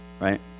right